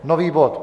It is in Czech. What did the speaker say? Nový bod.